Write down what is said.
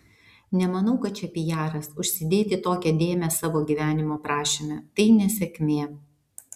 nemanau kad čia pijaras užsidėti tokią dėmę savo gyvenimo aprašyme tai nesėkmė